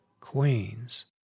queens